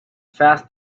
fast